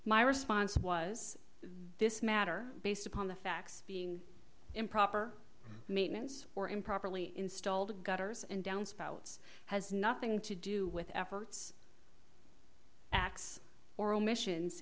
my response was this matter based upon the facts being improper maintenance or improperly installed gutters and downspouts has nothing to do with efforts acts or omissions